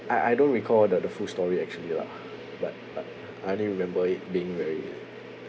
I I don't recall the the full story actually lah but but I only remember it being very